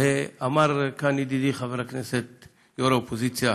אמר כאן ידידי, חבר הכנסת יו"ר האופוזיציה